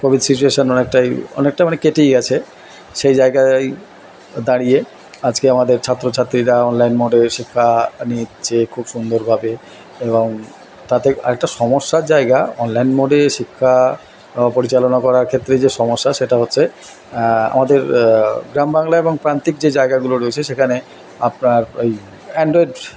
Covid situation অনেকটাই অনেকটা মানে কেটেই গেছে সেই জায়গায় দাঁড়িয়ে আজকে আমাদের ছাত্র ছাত্রীরা অনলাইন মোডে শিক্ষা নিচ্ছে খুব সুন্দরভাবে এবং তাতে আরেকটা সমস্যার জায়গা অনলাইন মোডে শিক্ষা পরিচালনা করার ক্ষেত্রে যে সমস্যা সেটা হচ্ছে আমাদের গ্রামবাংলা এবং প্রান্তিক যে জায়গাগুলো রয়েছে সেখানে আপনার ওই অ্যান্ড্রয়েড